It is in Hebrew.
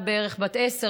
בערך בת 10,